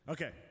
Okay